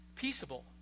peaceable